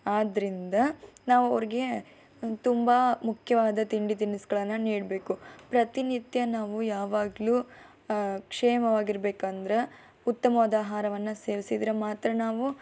ಆದರಿಂದ ನಾವು ಅವ್ರಿಗೆ ತುಂಬ ಮುಖ್ಯವಾದ ತಿಂಡಿ ತಿನಿಸುಗಳನ್ನು ನೀಡಬೇಕು ಪ್ರತಿನಿತ್ಯ ನಾವು ಯಾವಾಗಲೂ ಕ್ಷೇಮವಾಗಿರಬೇಕೆಂದ್ರೆ ಉತ್ತಮವಾದ ಆಹಾರವನ್ನು ಸೇವಿಸಿದರೆ ಮಾತ್ರ ನಾವು